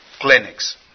clinics